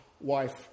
wife